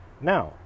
Now